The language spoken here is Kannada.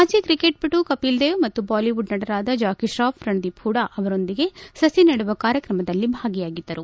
ಮಾಜಿ ಕ್ರಿಕೆಟ್ ವಟು ಕಪಿಲ್ದೇವ್ ಮತ್ತು ಬಾಲಿವುಡ್ ನಟರಾದ ಜಾಕಿಶ್ರಾಫ್ ರಣದೀಪ್ ಹೂಡ ಅವರೊಂದಿಗೆ ಸಸಿ ನೆಡುವ ಕಾರ್ಯಕ್ರಮದಲ್ಲಿ ಭಾಗಿಯಾಗಿದ್ದರು